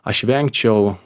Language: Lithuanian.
aš vengčiau